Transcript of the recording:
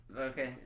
Okay